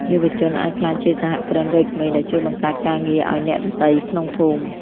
យុវជនអាចក្លាយជាសហគ្រិនវ័យក្មេងដែលជួយបង្កើតការងារឱ្យអ្នកដទៃក្នុងភូមិ។